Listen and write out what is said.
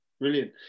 Brilliant